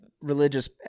religious